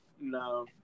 No